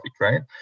right